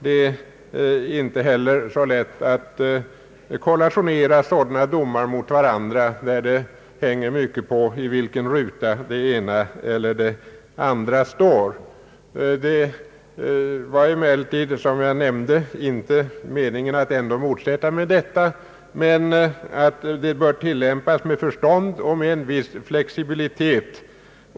Det är inte heller så lätt att kollationera sådana domar mot varandra när det hänger mycket på i vilken ruta det ena eller andra står. Det var emellertid, som jag nämnde, inte meningen att jag skulle motsätta mig det föreslagna systemet, men det bör tillämpas med förstånd och med en viss flexibilitet.